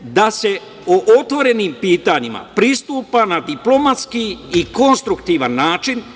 da se o otvorenim pitanjima pristupa na diplomatski i konstruktivan način,